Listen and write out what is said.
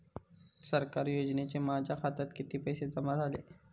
सरकारी योजनेचे माझ्या खात्यात किती पैसे जमा झाले?